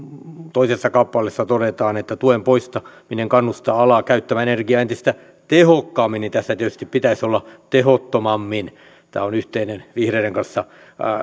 toisessa kappaleessa todetaan tuen poistaminen kannustaa alaa käyttämään energiaa entistä tehokkaammin tässä tietysti pitäisi olla tehottomammin tämä on vihreiden kanssa yhteinen